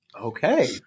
Okay